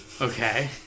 Okay